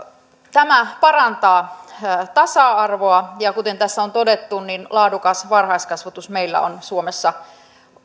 tämä parantaa tasa arvoa ja kuten tässä on todettu laadukas varhaiskasvatus meillä on suomessa